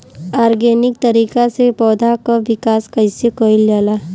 Organic तरीका से पौधा क विकास कइसे कईल जाला?